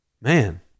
Man